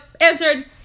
answered